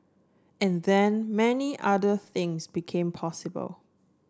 and then many other things become possible